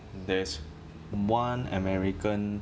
mm there's one american